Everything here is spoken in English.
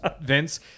Vince